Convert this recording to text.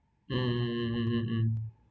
um